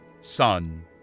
Son